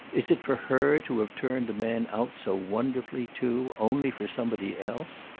is it for her to have turned a man out so wonderfully, too, only for somebody else?